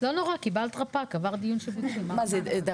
הפק"ד, בבקשה.